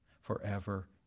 forever